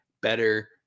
better